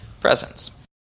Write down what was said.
presence